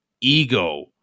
ego